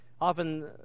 often